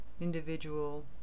individual